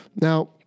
Now